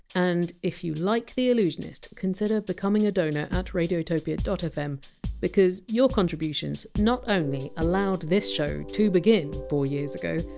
and if you like the allusionist, consider becoming a donor at radiotopia and fm, because your contributions not only allowed this show to begin, four years ago,